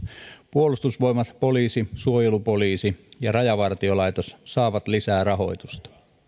puolustusvoimat poliisi suojelupoliisi ja rajavartiolaitos saavat lisää rahoitusta